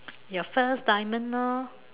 your first diamond orh